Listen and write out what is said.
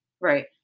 Right